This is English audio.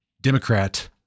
Democrat